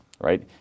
right